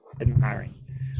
admiring